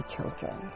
children